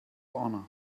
honor